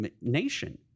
nation